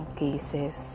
cases